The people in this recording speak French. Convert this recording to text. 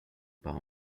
par